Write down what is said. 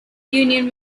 union